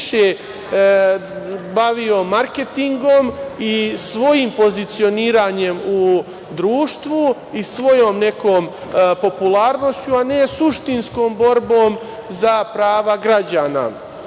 više bavio marketingom i svojim pozicioniranjem u društvu i svojom nekom popularnošću, a ne suštinskom borbom za prava građana.